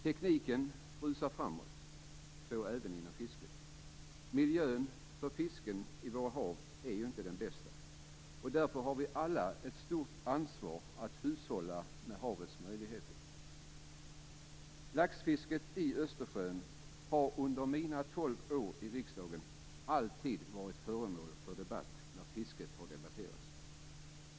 Tekniken rusar framåt, så även inom fisket. Miljön för fisken i våra hav är ju inte den bästa. Därför har vi alla ett stort ansvar att hushålla med havets möjligheter. Laxfisket i Östersjön har under mina tolv år i riksdagen alltid varit föremål för debatt när fisket har debatterats.